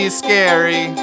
scary